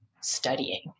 studying